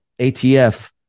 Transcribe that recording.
ATF